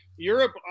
Europe